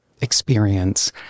experience